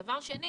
דבר שני